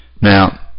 Now